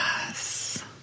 Yes